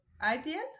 ideal